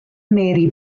mary